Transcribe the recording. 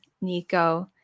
Nico